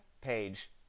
Page